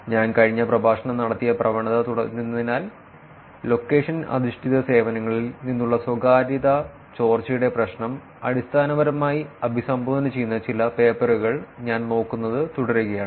ഞാൻ കഴിഞ്ഞ പ്രഭാഷണം നടത്തിയ പ്രവണത തുടരുന്നതിനാൽ ലൊക്കേഷൻ അധിഷ്ഠിത സേവനങ്ങളിൽ നിന്നുള്ള സ്വകാര്യത ചോർച്ചയുടെ പ്രശ്നം അടിസ്ഥാനപരമായി അഭിസംബോധന ചെയ്യുന്ന ചില പേപ്പറുകൾ ഞാൻ നോക്കുന്നത് തുടരുകയാണ്